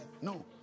No